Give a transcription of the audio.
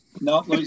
no